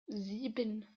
sieben